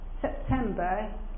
September